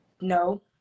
no